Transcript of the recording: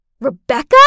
Rebecca